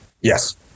Yes